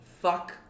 fuck